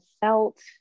felt